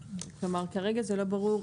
כרגע זה לא ברור,